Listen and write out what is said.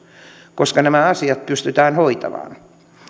koska nämä asiat pystytään hoitamaan